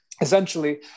essentially